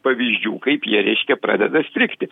pavyzdžių kaip jie reiškia pradeda strigti